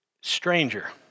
stranger